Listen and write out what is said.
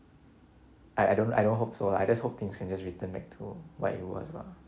I I don't I don't hope so I just hope things can just return back to what it was lah